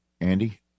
andy